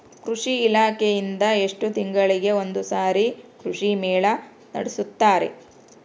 ಕೃಷಿ ಇಲಾಖೆಯಿಂದ ಎಷ್ಟು ತಿಂಗಳಿಗೆ ಒಂದುಸಾರಿ ಕೃಷಿ ಮೇಳ ನಡೆಸುತ್ತಾರೆ?